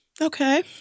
Okay